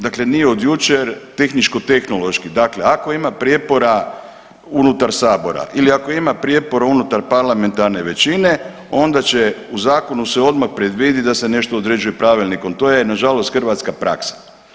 Dakle nije od jučer tehničko tehnološki, dakle ako ima prijepora unutar sabora ili ako ima prijepora unutar parlamentarne većine onda u zakonu se odmah predvidi da se nešto određuje pravilnikom, to je nažalost hrvatska praksa.